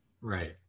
Right